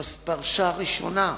פרשה ראשונה.